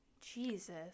Jesus